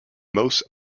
most